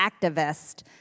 activist